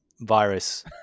virus